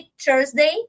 Thursday